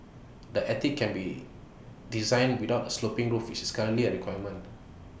the attic can be designed without A sloping roof which is currently A requirement